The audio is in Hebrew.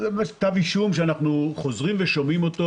זה כתב אישום שאנחנו חוזרים ושומעים אותו